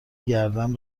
گردن